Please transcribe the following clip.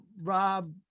Rob